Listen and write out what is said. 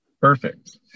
Perfect